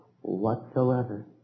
whatsoever